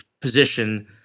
position